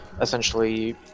essentially